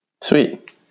Sweet